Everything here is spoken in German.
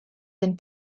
den